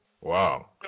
Wow